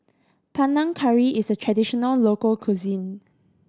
Panang Curry is a traditional local cuisine